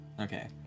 okay